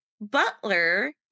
butler